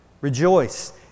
Rejoice